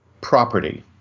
property